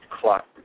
clock